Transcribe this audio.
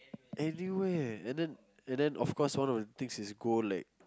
anywhere and then and then of course one of the things is go like